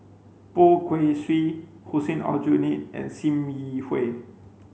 Poh Kay Swee Hussein Aljunied and Sim Yi Hui